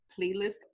playlist